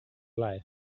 life